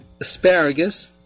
asparagus